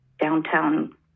downtown